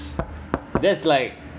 that’s like